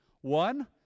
One